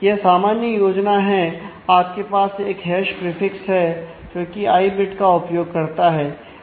यह सामान्य योजना है आपके पास एक हैश प्रीफिक्स बिट होती हैं